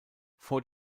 vor